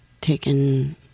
taken